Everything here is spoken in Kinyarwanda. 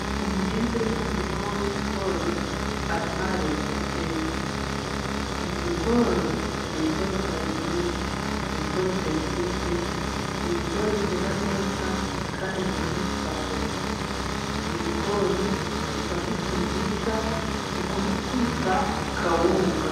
Umuhinzi uri mu murima w'ibigori, arimo arareba ko byeze, ibi bigori ni ibigori bya iburide. Ibigori bya iburide ni ibigori byera neza, kandi bigira umusaruro. Ibi bigori bivamo ifu nziza, dukunda kwita kawunga.